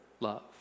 Love